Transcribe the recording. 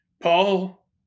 Paul